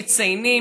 מציינים,